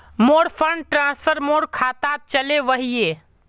मोर fund transfer मोर खातात चले वहिये